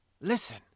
Listen